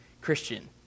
Christian